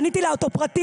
קניתי לה אותו פרטי.